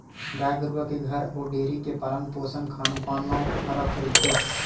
गाय गरुवा के घर अउ डेयरी के पालन पोसन खान पान म फरक रहिथे